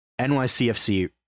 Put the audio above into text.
NYCFC